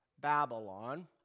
Babylon